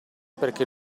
perché